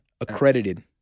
accredited